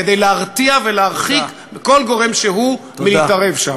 כדי להרתיע ולהרחיק כל גורם שהוא מלהתערב שם.